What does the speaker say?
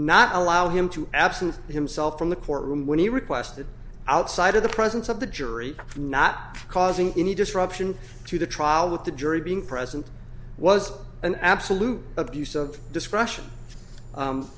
not allow him to absent himself from the court room when he requested outside of the presence of the jury not causing any disruption to the trial with the jury being present was an absolute abuse of discretion